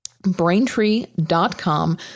braintree.com